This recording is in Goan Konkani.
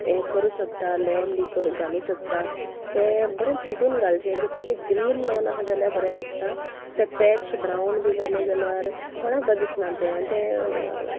हें करूं सोदता लॉन बी कर घालूं सोदता तें बरें चिंतून घालचें कित्याक तें ग्रीन लॉन आहा जाल्यार बरें दिसता तें पॅच ब्रावन बी जालें जाल्यार कोणाक बरें दिसना तें आनी तें